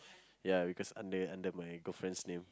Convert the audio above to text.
ya because under under my girlfriend's name